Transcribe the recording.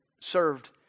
served